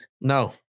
No